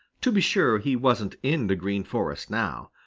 to be sure, he wasn't in the green forest now,